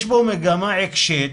יש פה מגמה עיקשת